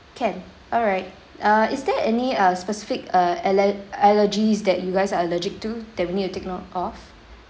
can alright err is there any uh specific uh ale~ allergies that you guys are allergic to that we need to take note of